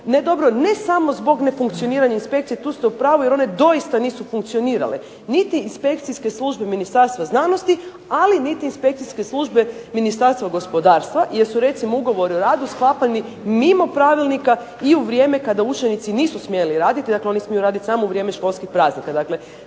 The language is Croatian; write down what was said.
ne dobro ne samo zbog ne funkcioniranja inspekcije, tu ste u pravu. Jer one doista nisu funkcionirale. Niti inspekcijske službe Ministarstva znanosti, ali niti inspekcijske službe Ministarstva gospodarstva jer su recimo ugovori o radu sklapani mimo pravilnika i u vrijeme kada učenici nisu smjeli raditi. Dakle, oni smiju raditi samo u vrijeme školskih praznika. To je